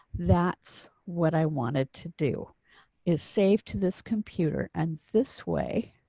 that's what i wanted to do is save to this computer. and this way.